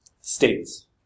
states